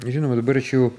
žinoma dabar aš jau